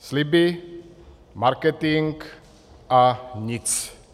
Sliby, marketing a nic.